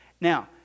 Now